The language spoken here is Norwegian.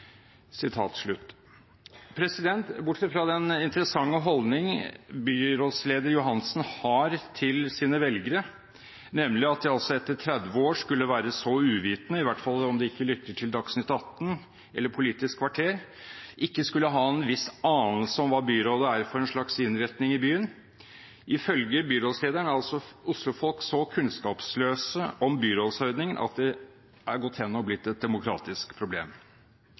holdning byrådsleder Johansen har til sine velgere, nemlig at de etter 30 år skulle være så uvitende – i hvert fall om de ikke lytter til Dagsnytt 18 eller Politisk kvarter – at de ikke skulle ha en viss anelse om hva byrådet er for en slags innretning i byen. Ifølge byrådslederen er altså Oslo-folk så kunnskapsløse om byrådsordningen at de er gått hen og blitt et demokratisk problem.